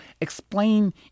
explain